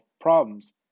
problems